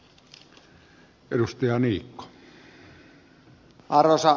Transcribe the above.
arvoisa herra puhemies